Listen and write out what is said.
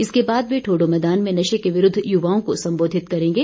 इसके बाद ये ठोडो मैदान में नशे के विरूद्व युवाओं को संबोधित करेंगे